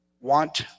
want